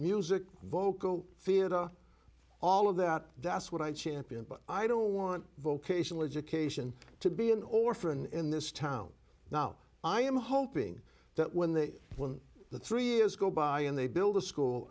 music vocal theater all of that that's what i champion but i don't want vocational education to be an orphan in this town now i am hoping that when they when the three years go by and they build a school